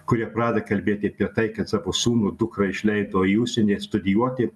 kurie pradeda kalbėti apie tai kad savo sūnų dukrą išleido į užsienį studijuoti